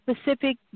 specific